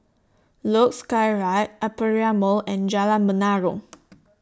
Luge Skyride Aperia Mall and Jalan Menarong